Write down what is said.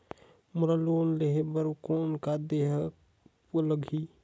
मोला लोन लेहे बर कौन का देहेक लगही?